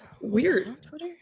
Weird